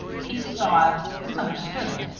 pete saw it, misunderstood it,